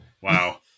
Wow